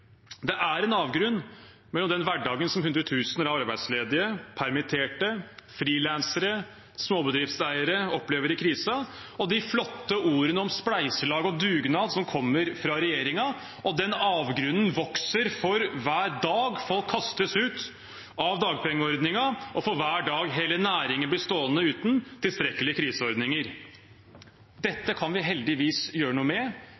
Det er en avgrunn mellom den hverdagen som hundretusener av arbeidsledige, permitterte, frilansere, småbedriftseiere opplever i krisen, og de flotte ordene om spleiselag og dugnad som kommer fra regjeringen. Den avgrunnen vokser for hver dag folk kastes ut av dagpengeordningen, og for hver dag hele næringer blir stående uten tilstrekkelige kriseordninger. Dette kan vi heldigvis gjøre noe med,